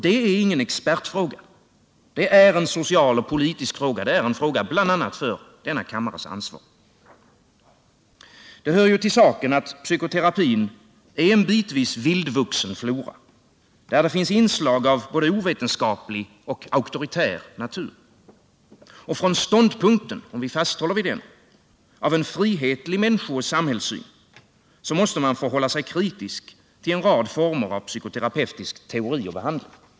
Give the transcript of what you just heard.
Det är ingen expertfråga, det är en politisk och social fråga, en fråga för bl.a. denna kammares ansvar. Det hör till saken att psykoterapin dessutom är en bitvis vildvuxen flora, där det finns inslag av både ovetenskaplig och auktoritär natur. Från ståndpunkten av en frihetlig människooch samhällssyn — om vi fasthåller vid den — måste man förhålla sig kritisk till en rad former av psykoterapeutisk teori och behandling.